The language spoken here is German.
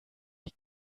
die